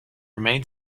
remained